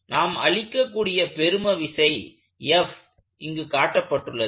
நாம் அளிக்கக் கூடிய பெரும விசை F இங்கு காட்டப்பட்டுள்ளது